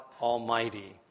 Almighty